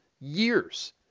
years